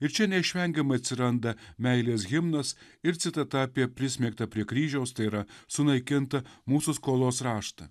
ir čia neišvengiamai atsiranda meilės himnas ir citata apie prismeigtą prie kryžiaus tai yra sunaikintą mūsų skolos raštą